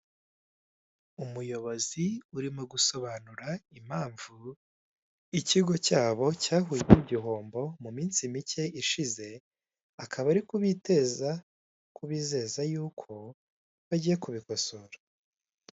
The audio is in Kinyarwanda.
Umuyobozi urimo gusobanura impamvu ikigo cyabo cyaguye mu gihombo mu minsi mike ishize, akaba ari kubizeza yuko bagiye kubikosora.